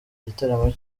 igitaramo